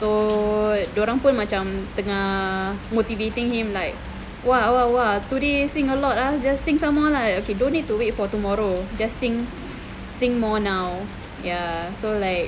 so dorang pun macam tengah motivating him like !wah! !wah! today sing a lot ah just sing some more lah okay don't need to wait for tomorrow just sing more now ya so like